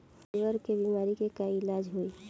Liver के बीमारी के का इलाज होई?